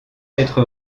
être